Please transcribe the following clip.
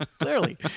Clearly